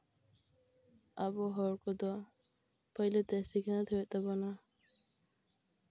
ᱟᱵᱚ ᱦᱚᱲ ᱠᱚᱫᱚ ᱯᱳᱭᱞᱳ ᱛᱮ ᱥᱤᱠᱷᱱᱟᱹᱛ ᱦᱩᱭᱩᱜ ᱛᱟᱵᱚᱱᱟ